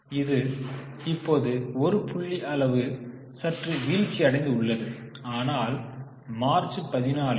இது இப்போது 1 புள்ளி அளவு சற்று வீழ்ச்சியடைந்துள்ளது ஆனால் மார்ச் 14 1